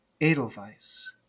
Edelweiss